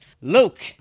Luke